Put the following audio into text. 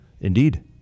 Indeed